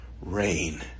rain